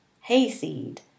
hayseed